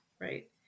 right